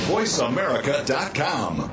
VoiceAmerica.com